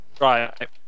Right